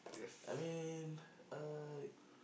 I mean uh